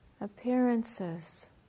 Appearances